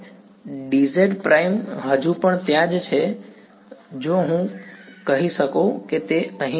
d z prime હજુ પણ ત્યાં છે તો હું જે કહું છું તે અહીં છે